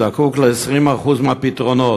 זקוק ל-20% מהפתרונות.